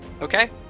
Okay